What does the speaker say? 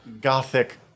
gothic